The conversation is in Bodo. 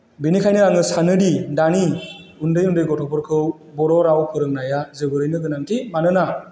बेनिखायनो आङो सानो दि दानि उन्दै उन्दै गथ'फोरखौ बर' राव फोरोंनाया जोबोरैनो गोनांथि मानोना